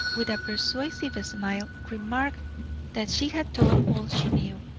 with a persuasive smile, remarked that she had told all she knew,